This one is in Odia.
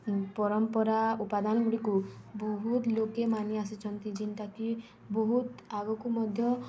ପରମ୍ପରା ଉପାଦାନଗୁଡ଼ିକୁ ବହୁତ ଲୋକେ ମାନିଆସିଛନ୍ତି ଯେନ୍ଟାକି ବହୁତ ଆଗକୁ ମଧ୍ୟ